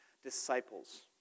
Disciples